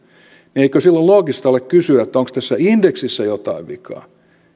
niin eikö silloin loogista ole kysyä onko tässä indeksissä jotain vikaa